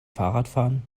fahrradfahren